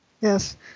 Yes